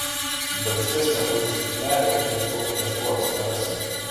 darbštesnio už bitelę ieškok neieškojęs nerasi